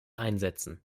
einsetzen